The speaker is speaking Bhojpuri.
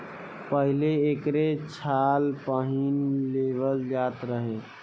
पहिले एकरे छाल पहिन लेवल जात रहे